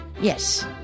Yes